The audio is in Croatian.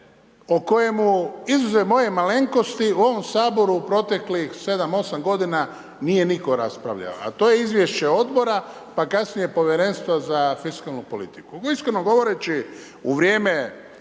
po kojemu, izuzev moje malenkosti u ovom Saboru u proteklih 7,8 godina nije nitko raspravljao, a to je izvješće odbora pa kasnije povjerenstva za fiskalnu politiku. Iskreno govoreći u vrijeme